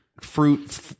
fruit